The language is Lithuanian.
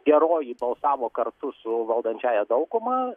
geroji balsavo kartu su valdančiąja dauguma